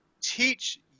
teach